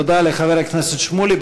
תודה לחבר הכנסת שמולי.